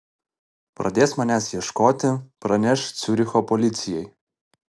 pradės manęs ieškoti praneš ciuricho policijai